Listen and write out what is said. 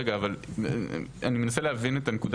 אבל אני מנסה להבין את הנקודה